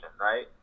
right